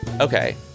Okay